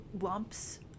lumps